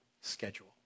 schedule